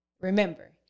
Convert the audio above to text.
remember